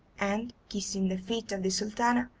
and, kissing the feet of the sultana,